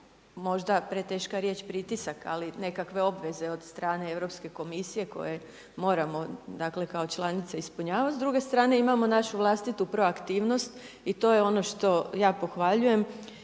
možda preteška riječ, pritisak, ali nekakve obveze od strane EK koje moramo kao članica ispunjavati. S druge strane imamo našu vlastitu proaktivnost i to je ono što ja pohvaljujem